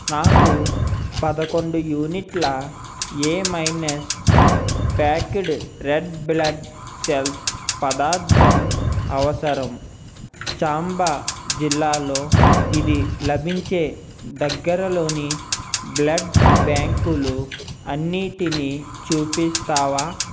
నాకు పదకొండు యూనిట్ల A minus packed red blood cells పదార్ధం అవసరం చాంబా జిల్లాలో ఇది లభించే దగ్గరలోని బ్లడ్ బ్యాంకులు అన్నిటిని చూపిస్తావా